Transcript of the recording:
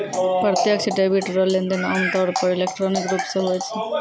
प्रत्यक्ष डेबिट रो लेनदेन आमतौर पर इलेक्ट्रॉनिक रूप से हुवै छै